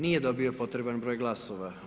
Nije dobio potreban broj glasova.